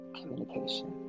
communication